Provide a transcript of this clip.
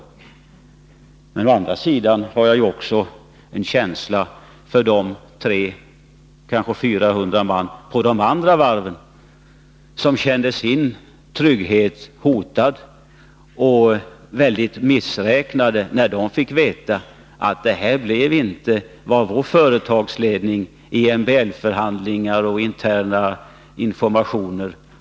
Jag har å andra sidan medkänsla för de 300, kanske 400 som är anställda på de andra varven och som känner sin trygghet hotad. De blev mycket missräknade när de fick veta att det inte blev så som deras ledningar hade sagt i MBL-förhandlingar och intern information.